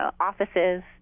offices